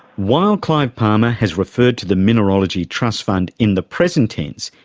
while clive palmer has referred to the mineralogy trust fund in the present tense,